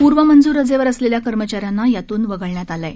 पूर्वमंजूर रजेवर असलेल्या कर्मचाऱ्यांना यातून वगळण्यात आले आहे